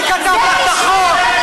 מי כתב לך את החוק?